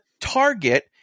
Target